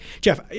Jeff